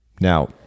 Now